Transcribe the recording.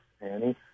Annie